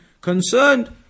concerned